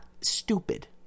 stupid